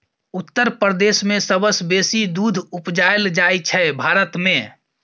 उत्तर प्रदेश मे सबसँ बेसी दुध उपजाएल जाइ छै भारत मे